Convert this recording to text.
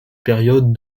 période